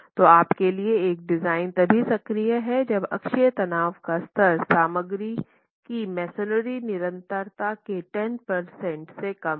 तो आप के लिए एक डिज़ाइन तभी सक्रीय हैं जब अक्षीय तनाव का स्तर सामग्री की मेसनरी निरंतरता के 10 प्रतिशत से कम हो